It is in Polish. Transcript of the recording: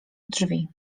drzwi